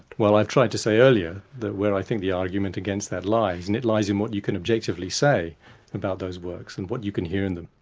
well i tried to say earlier that where i think the argument against that lies, and it lies in what you can objectively say about those works, and what you can hear in them.